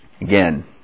Again